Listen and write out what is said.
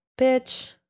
bitch